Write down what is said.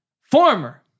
former